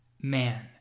Man